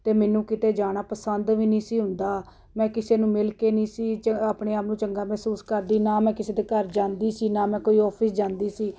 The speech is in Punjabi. ਅਤੇ ਮੈਨੂੰ ਕਿਤੇ ਜਾਣਾ ਪਸੰਦ ਵੀ ਨਹੀਂ ਸੀ ਹੁੰਦਾ ਮੈਂ ਕਿਸੇ ਨੂੰ ਮਿਲ ਕੇ ਨਹੀਂ ਸੀ ਚ ਆਪਣੇ ਆਪ ਨੂੰ ਚੰਗਾ ਮਹਿਸੂਸ ਕਰਦੀ ਨਾ ਮੈਂ ਕਿਸੇ ਦੇ ਘਰ ਜਾਂਦੀ ਸੀ ਨਾ ਮੈਂ ਕੋਈ ਆਫਿਸ ਜਾਂਦੀ ਸੀ